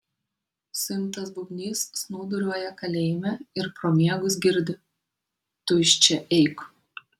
suimtas bubnys snūduriuoja kalėjime ir pro miegus girdi tu iš čia eik